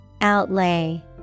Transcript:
Outlay